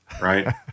right